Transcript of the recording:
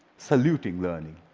saluting learning.